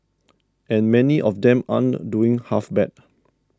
and many of them aren't doing half bad